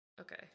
Okay